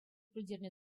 пӗлтернӗ